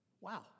Wow